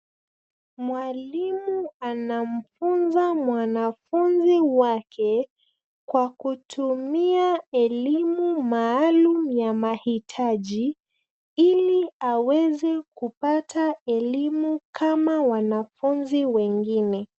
Mwalimu anamfunza mwanafunzi wake kwa kutumia elimu maalum ya mahitaji ili aweze kupata elimu kama wanafunzi wengine.